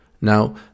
Now